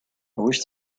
wish